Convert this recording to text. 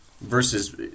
versus